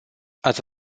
ați